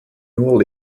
nur